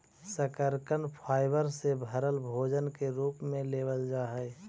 शकरकन फाइबर से भरल भोजन के रूप में लेबल जा हई